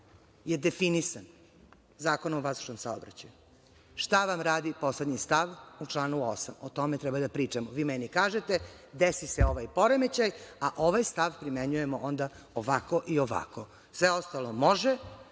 je definisan Zakonom o vazdušnom saobraćaju. Šta vam radi poslednji stav u članu 8, o tome treba da pričamo. Vi meni kažete – desi se ovaj poremećaj, a ovaj stav primenjujemo onda ovako i ovako. Sve ostalo može,